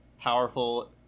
powerful